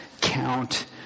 count